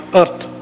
earth